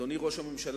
אדוני ראש הממשלה,